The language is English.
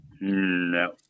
No